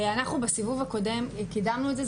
אנחנו בסיבוב הקודם קידמנו את זה,